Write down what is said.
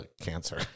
cancer